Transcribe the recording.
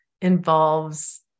involves